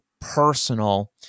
personal